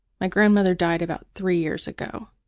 my grandmother died about three years ago.